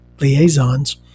Liaisons